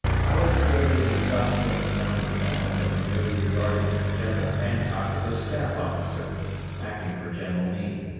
howard stated in a subsequent account of the battle that he merely regarded general hancock as a staff officer acting for general meade.